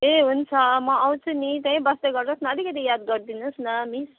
ए हुन्छ म आउँछु नि त्यहीँ बस्दै गरोस् न अलिकति याद गरिदिनुहोस् न मिस